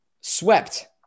swept